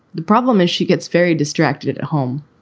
the problem is she gets very distracted at home.